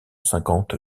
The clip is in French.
cinquante